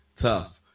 tough